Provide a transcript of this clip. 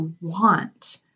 want